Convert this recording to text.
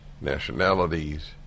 nationalities